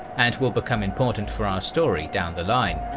and will become important for our story down the line.